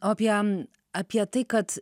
o apie apie tai kad